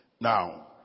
Now